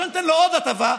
ועכשיו ניתן לו עוד הטבה.